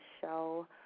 show